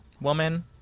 Woman